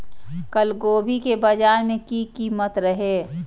कल गोभी के बाजार में की कीमत रहे?